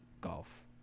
golf